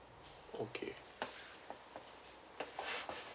okay